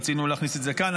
רצינו להכניס את זה כאן,